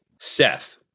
Seth